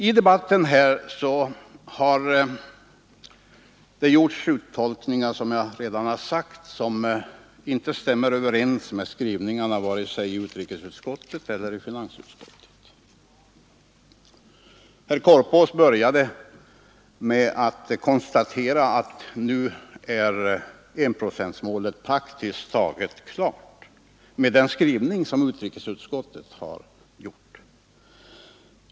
I debatten här har det, som jag redan sagt, gjorts uttolkningar som inte stämmer överens med skrivningarna i vare sig utrikesutskottets yttrande eller finansutskottets betänkande. Herr Korpås började med att konstatera att nu är enprocentsmålet praktiskt taget uppnått, med den skrivning som utrikesutskottet har gjort.